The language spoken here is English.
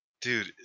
Dude